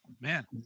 Man